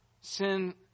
Sin